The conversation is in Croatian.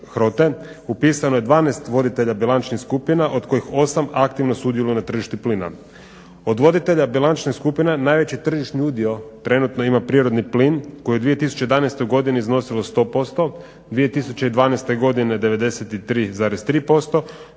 rotten, upisano je 12 voditelja bilančnih skupina od kojih 8 aktivno sudjeluju na tržištu plina. Od voditelja bilančne skupine najveći tržišni udio trenutno ima prirodni plin koji je u 2011. godini iznosio 100%, 2012. godine 93,3%,